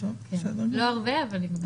לא הרבה, אבל נפגשנו.